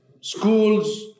schools